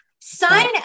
Sign